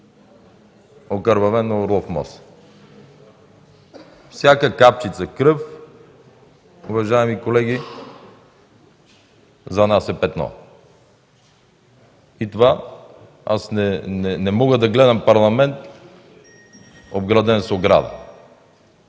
окървавен „Орлов мост”. Всяка капчица кръв, уважаеми колеги, за нас е петно. Аз не мога да гледам Парламент, ограден с ограда.